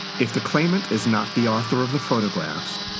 if the claimant is not the author of the photographs,